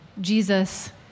Jesus